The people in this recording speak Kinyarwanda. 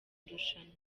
irushanwa